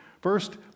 First